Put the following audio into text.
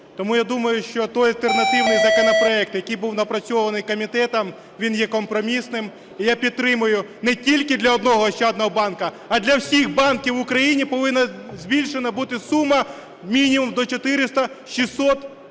Тому я думаю, що той альтернативний законопроект, який був напрацьований комітетом, він є компромісним, і я підтримую, не тільки для одного Ощадного банка, а для всіх банків України повинна бути збільшена сума мінімум до 400-600 тисяч